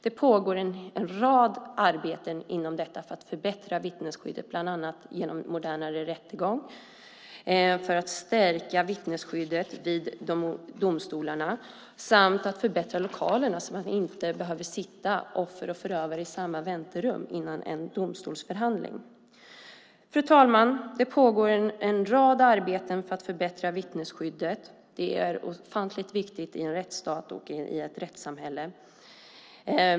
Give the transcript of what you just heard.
Det pågår en rad arbeten inom detta område för att förbättra vittnesskyddet, bland annat genom modernare rättegång, att stärka vittnesskyddet vid domstolarna samt att förbättra lokalerna så att offer och förövare inte behöver sitta i samma väntrum före en domstolsförhandling. Fru talman! Det pågår alltså en rad arbeten för att förbättra vittnesskyddet, och det är ofantligt viktigt i en rättsstat och i ett rättssamhälle.